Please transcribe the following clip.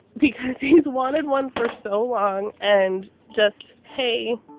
because he's wanted one for so long and just, hey,